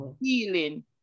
healing